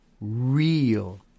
real